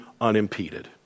unimpeded